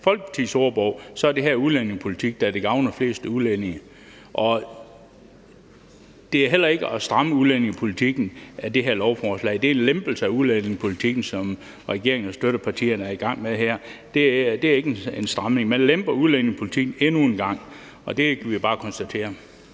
Folkepartis ordbog er det her udlændingepolitik, da det mest gavner udlændinge. Og det her lovforslag er heller ikke at stramme udlændingepolitikken. Det er en lempelse af udlændingepolitikken, som regeringen og støttepartierne i gang med her. Det er ikke en stramning. Man lemper udlændingepolitikken endnu en gang, og det kan vi bare konstatere.